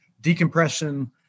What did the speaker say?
decompression